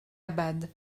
abad